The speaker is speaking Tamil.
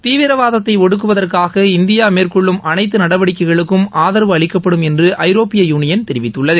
தீவிரவாதத்தை ஒடுக்குவதற்காக இந்தியா மேற்கொள்ளும் அனைத்து நடவடிக்கைகளுக்கும் ஆதரவு அளிக்கப்படும் என்று ஐரோப்பிய யூனியன் தெரிவித்துள்ளது